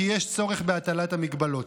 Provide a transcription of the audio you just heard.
כי יש צורך בהטלת המגבלות.